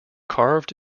carved